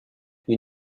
you